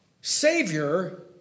Savior